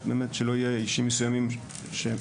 באמת שלא יהיה אישים מסוימים שמונצחים,